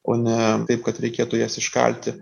o ne taip kad reikėtų jas iškalti